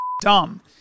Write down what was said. dumb